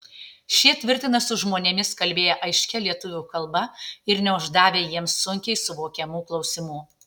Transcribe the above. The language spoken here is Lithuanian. šie tvirtina su žmonėmis kalbėję aiškia lietuvių kalba ir neuždavę jiems sunkiai suvokiamų klausimų